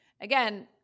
again